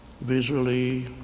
visually